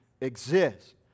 exist